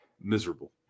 miserable